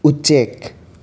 ꯎꯆꯦꯛ